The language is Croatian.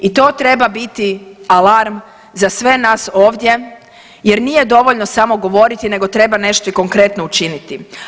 I to treba biti alarm za sve nas ovdje jer nije dovoljno samo govoriti nego treba nešto i konkretno učiniti.